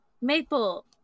maple